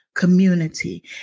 community